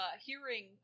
hearing